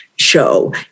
Show